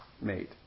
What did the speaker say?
made